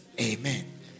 Amen